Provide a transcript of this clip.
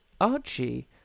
Archie